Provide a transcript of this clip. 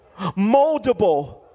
moldable